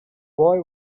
boy